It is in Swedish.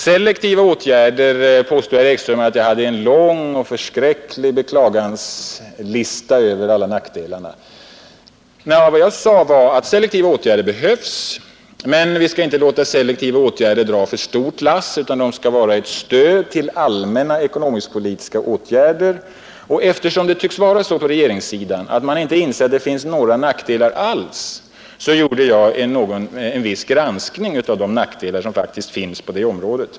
Herr Ekström påstod att jag hade en lång lista över alla nackdelar med selektiva åtgärder. Vad jag sade var att selektiva åtgärder behövs. Men vi skall inte låta selektiva åtgärder dra för stort lass, utan de skall vara ett stöd till allmänna ekonomisk-politiska åtgärder. Eftersom det tycks vara så på regeringssidan, att man inte har insett att det finns några nackdelar alls, gjorde jag en viss granskning av de problem som faktiskt finns på detta område.